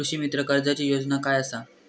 कृषीमित्र कर्जाची योजना काय असा?